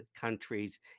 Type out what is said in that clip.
countries